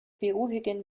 beruhigen